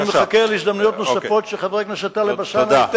אני מחכה להזדמנויות נוספות שחבר הכנסת טלב אלסאנע אוקיי.